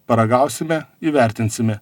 paragausime įvertinsime